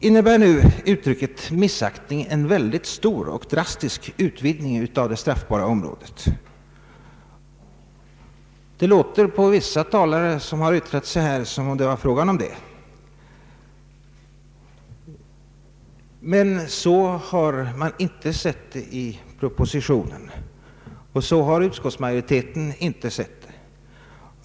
Innebär uttrycket ”missaktning” en väldigt stor och drastisk utvidgning av det straffbara området? Det låter nästan så att döma av vad vissa talare har sagt här. Inom regeringen har vi emellertid inte sett det så, och det har inte heller utskottsmajoriteten.